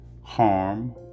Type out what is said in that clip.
harm